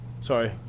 Sorry